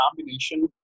combination